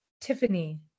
Tiffany